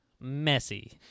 messy